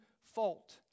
fault